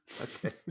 Okay